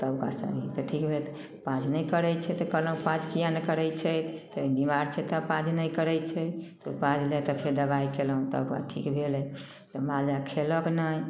तब कहलियै कि ठीक भेल पाउज नहि करय छै तऽ कहलहुँ पाउज किएक नहि करय छै फेर बीमार छै तऽ पाउज नहि करय छै तऽ पाउज लए तऽ फेर दबाइ कयलहुँ तैके बाद ठीक भेलय तऽ मालजाल खेलक नहि